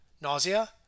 nausea